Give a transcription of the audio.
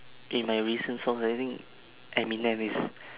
in my recent songs I think eminem is